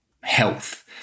health